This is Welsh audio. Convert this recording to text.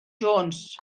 jones